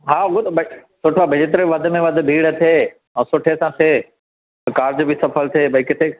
हा उहो त भई सुठो आहे हेतिरे वधि में वधि भीड़ थिए ऐं सुठे सां थिए कार्जु बि सफलु थिए भई किथे